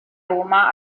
roma